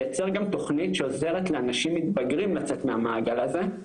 לייצר גם תוכנית שעוזרת לאנשים מתבגרים לצאת מהמעגל הזה.